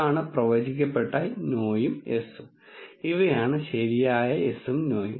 ഇതാണ് പ്രവചിക്കപ്പെട്ട നോയും യെസും ഇവയാണ് ശരിയായ യെസും നോയും